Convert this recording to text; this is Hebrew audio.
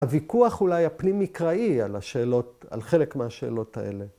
‫הוויכוח אולי הפנים-מקראי ‫על חלק מהשאלות האלה.